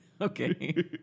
Okay